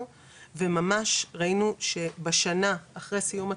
וממש ראינו שבשנה אחרי סיום התוכנית,